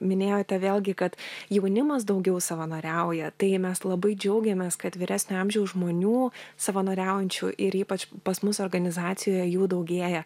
minėjote vėlgi kad jaunimas daugiau savanoriauja tai mes labai džiaugiamės kad vyresnio amžiaus žmonių savanoriaujančių ir ypač pas mus organizacijoje jų daugėja